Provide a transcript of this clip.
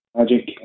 Magic